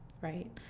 right